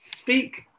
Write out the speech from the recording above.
speak